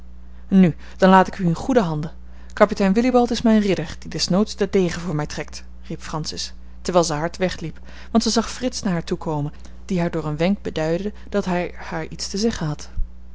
nu dan laat ik u in goede handen kapitein willibald is mijn ridder die desnoods den degen voor mij trekt riep francis terwijl zij hard wegliep want zij zag frits naar haar toekomen die haar door een wenk beduidde dat hij haar iets te zeggen had